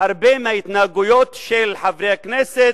הרבה מההתנהגויות של חברי הכנסת,